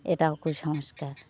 এটাও কুসংস্কার